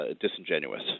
disingenuous